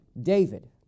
David